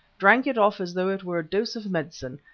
drank it off as though it were a dose of medicine,